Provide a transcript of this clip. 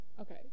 okay